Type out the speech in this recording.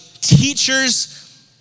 teachers